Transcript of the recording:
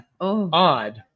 odd